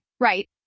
Right